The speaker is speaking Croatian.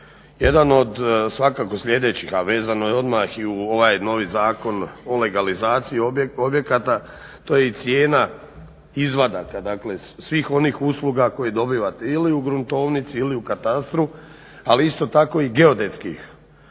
Jedan od svakako sljedećih a vezano je odmah i u ovaj novi Zakon o legalizaciji objekata, to je i cijena izvadaka dakle svih onih usluga koje dobivate ili u gruntovnici ili u katastru ali isto tako i geodetskih